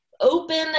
open